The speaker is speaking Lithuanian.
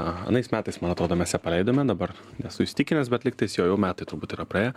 anais metais man atrodo mes ją paleidome dabar nesu įsitikinęs bet lygtais jo jau metai turbūt yra praėję